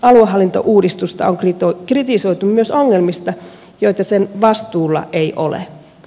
aluehallintouudistusta on kritisoitu myös ongelmista joita sen vastuulla ei ole